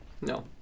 no